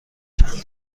چند